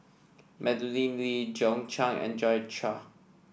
Madeleine Lee John Clang and Joi Chua